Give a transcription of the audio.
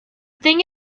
thing